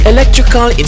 Electrical